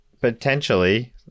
Potentially